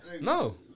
No